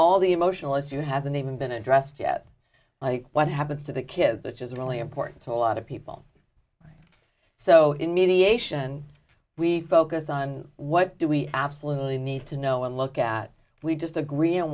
all the emotional issue hasn't even been addressed yet what happens to the kids which is really important to a lot of people so in mediation we focus on what do we absolutely need to know and look at we just agree